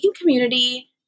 community